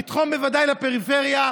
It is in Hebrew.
תתרום בוודאי לפריפריה,